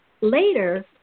Later